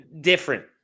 Different